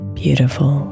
beautiful